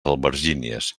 albergínies